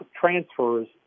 transfers